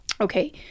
okay